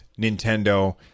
Nintendo